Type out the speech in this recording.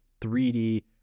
3d